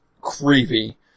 creepy